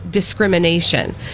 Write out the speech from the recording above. discrimination